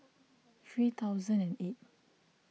three thousand and eight